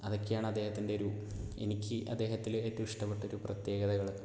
അതൊക്കെയാണ് അദ്ദേഹത്തിൻ്റെ ഒരു എനിക്ക് അദ്ദേഹത്തിൽ ഏറ്റവും ഇഷ്ടപ്പെട്ട ഒരു പ്രത്യേകതകൾ